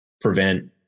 prevent